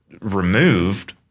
removed